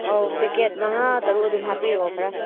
ꯑꯧ ꯄꯦꯀꯦꯠ ꯃꯉꯥꯇꯪ ꯑꯗꯨꯝ ꯍꯥꯄꯤꯔꯛꯑꯣ ꯈꯔ